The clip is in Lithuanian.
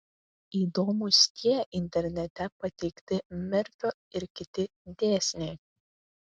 įdomūs tie internete pateikti merfio ir kiti dėsniai